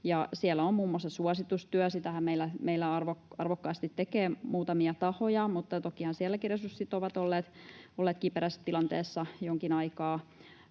Siellä on muun muassa suositustyö, jota meillä arvokkaasti tekee muutamia tahoja, mutta tokihan sielläkin resurssit ovat olleet kiperässä tilanteessa jonkin aikaa.